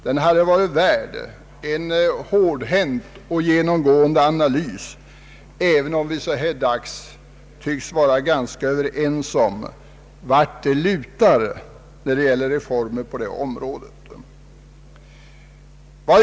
Den hade varit värd en hårdhänt och genomgående analys, även om vi nu tycks vara ganska överens om vartåt det lutar när det gäller reformer på detta område.